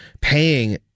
paying